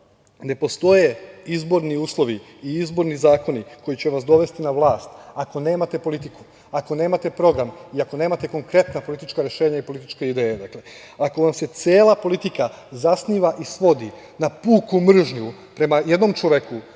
ne postoje izborni uslovi i izborni zakoni koji će vas dovesti na vlast ako nemate politiku, ako nemate program i ako nemate konkretna politička rešenja i političke ideje. Ako vam se cela politika zasniva i svodi na puku mržnju prema jednom čoveku